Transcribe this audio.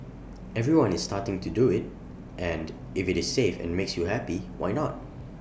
everyone is starting to do IT and if IT is safe and makes you happy why not